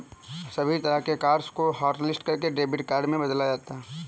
सभी तरह के कार्ड्स को हाटलिस्ट करके डेबिट कार्ड को बदला जाता है